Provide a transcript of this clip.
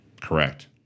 correct